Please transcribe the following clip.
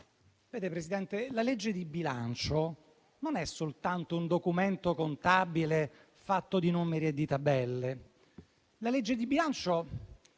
Presidente, la legge di bilancio non è soltanto un documento contabile fatto di numeri e di tabelle. La legge di bilancio